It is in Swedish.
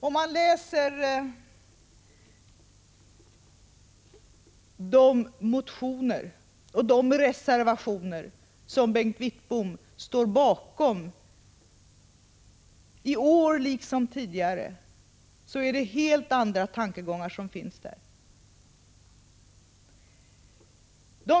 Om man läser de motioner och de reservationer som Bengt Wittbom står bakom ser man att det är helt andra tankegångar som finns där, i år liksom tidigare.